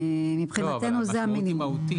מבחינתנו זה המינימום.